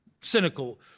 cynical